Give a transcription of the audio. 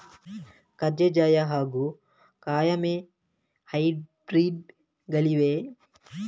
ಕಜೆ ಜಯ ಹಾಗೂ ಕಾಯಮೆ ಹೈಬ್ರಿಡ್ ಗಳಿವೆಯೇ?